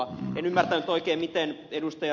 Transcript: en ymmärtänyt oikein miten ed